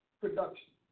production